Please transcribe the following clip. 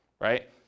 Right